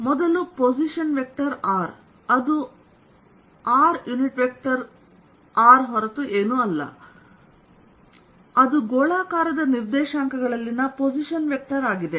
ಮೊದಲು position vector r ಅದು r unit vector r ಹೊರತು ಏನೂ ಅಲ್ಲ ಅದು ಗೋಳಾಕಾರದ ನಿರ್ದೇಶಾಂಕಗಳಲ್ಲಿನ ಪೊಸಿಷನ್ ವೆಕ್ಟರ್ ಆಗಿದೆ